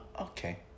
Okay